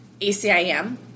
ACIM